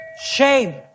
Shame